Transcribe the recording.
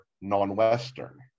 non-Western